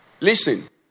Listen